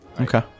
Okay